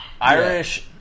Irish